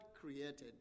created